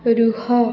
ରୁହ